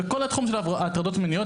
בכל התחום של הטרדות מיניות,